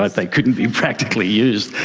but they couldn't be practically used.